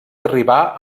arribar